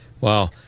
Wow